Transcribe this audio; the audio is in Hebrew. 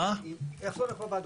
איך זה הולך בוועדות?